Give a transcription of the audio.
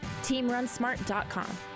TeamRunSmart.com